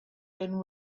can